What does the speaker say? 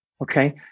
okay